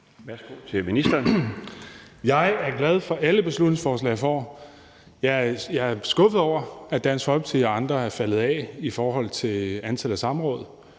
(Kaare Dybvad Bek): Jeg er glad for alle beslutningsforslag, jeg får. Jeg er skuffet over, at Dansk Folkeparti og andre er faldet af på den i forhold til antallet af samråd;